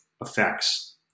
effects